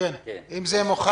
זה מוכן.